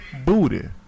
booty